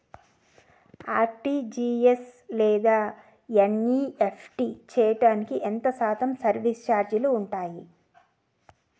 RTGS లేదా NEFT చేయడానికి ఎంత శాతం సర్విస్ ఛార్జీలు ఉంటాయి?